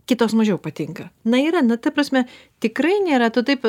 kitos mažiau patinka na yra na ta prasme tikrai nėra to taip